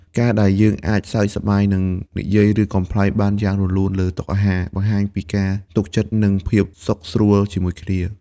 ការដែលយើងអាចសើចសប្បាយ និងនិយាយរឿងកំប្លែងបានយ៉ាងរលូនលើតុអាហារ បង្ហាញពីការទុកចិត្ត និងភាពសុខស្រួលជាមួយគ្នា។